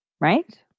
Right